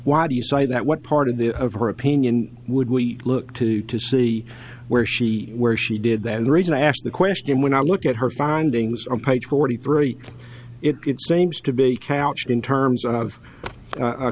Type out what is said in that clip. why do you say that what part of the of her opinion would we look to to see where she where she did that and the reason i asked the question when i look at her findings on page forty three it seems to be couched in terms of